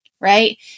right